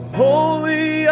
holy